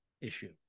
issue